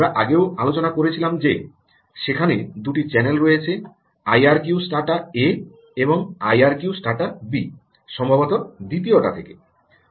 আমরা আগেও আলোচনা করেছিলাম যে সেখানে দুটি চ্যানেল রয়েছে আইআরকিউস্টাটা এ এবং আইআরকিউস্টাটা বি সম্ভবত দ্বিতীয়টি থেকে